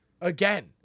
Again